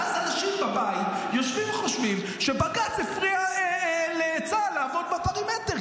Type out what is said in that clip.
ואז אנשים בבית יושבים וחושבים שבג"ץ הפריע לצה"ל לעבוד בפרימטר,